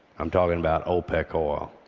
i'm talking about opec oil.